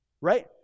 Right